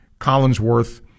Collinsworth